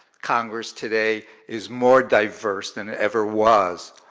congress today is more diverse than it ever was.